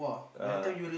uh